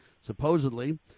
supposedly